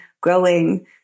growing